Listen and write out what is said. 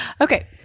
Okay